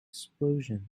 explosion